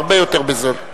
הרבה יותר בזול.